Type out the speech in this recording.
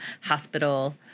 hospital